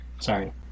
sorry